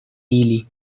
ili